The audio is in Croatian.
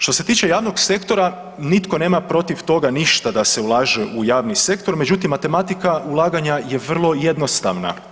Što se tiče javnog sektora nitko nema protiv toga ništa da se ulaže u javni sektor, međutim matematika ulaganja je vrlo jednostavna.